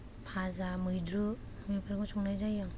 भाजा मैद्रु बेफोरखौ संनाय जायो